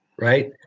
right